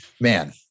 man